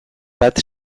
bat